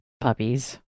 puppies